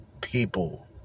people